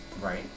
Right